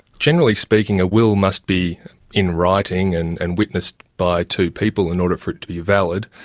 generally speaking a will must be in writing and and witnessed by two people in order for it to be valid.